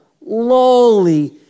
lowly